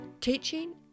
Teaching